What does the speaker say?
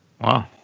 Wow